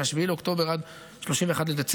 מ-7 באוקטובר עד 31 בדצמבר.